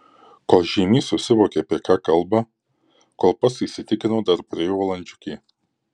kol žeimys susivokė apie ką kalba kol pats įsitikino dar praėjo valandžiukė